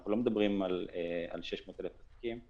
אנחנו לא מדברים על 600,000 עסקים,